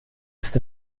ist